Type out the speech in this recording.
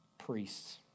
priests